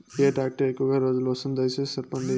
ఏ tractor ఎక్కువగా రోజులు వస్తుంది, దయసేసి చెప్పండి?